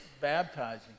baptizing